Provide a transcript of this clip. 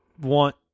want